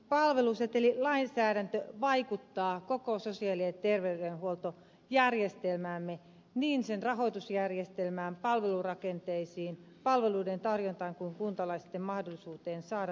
palvelusetelilainsäädäntö vaikuttaa koko sosiaali ja terveydenhuoltojärjestelmäämme niin sen rahoitusjärjestelmään palvelurakenteisiin palveluiden tarjontaan kuin myös kuntalaisten mahdollisuuteen saada tarvittavia palveluja